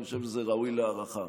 הוא ראוי להערכה.